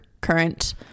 current